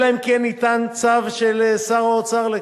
אלא אם כן ניתן צו של שר האוצר לכך.